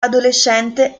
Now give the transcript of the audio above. adolescente